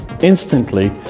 Instantly